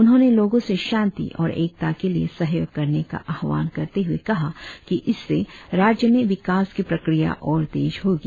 उन्होंने लोगों से शांति और एकता के लिए सहयोग करने का आह्वान करते हुए कहा कि इससे राज्य में विकास की प्रक्रिया और तेज होगी